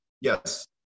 Yes